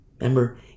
remember